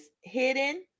hidden